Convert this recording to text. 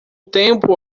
tempo